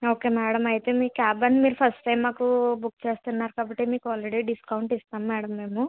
okay madam అయితే మీ cab and first మాకు బుక్ చేస్తున్నారు కాబట్టి మీకు ఆల్రెడీ డిస్కౌంట్ ఇస్తాము మేడం మేము